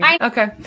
Okay